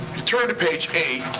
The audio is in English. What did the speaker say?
you turn to page eight,